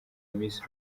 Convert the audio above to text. miss